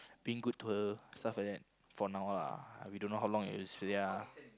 being good to her stuff like that for now lah we don't know how long it's going to stay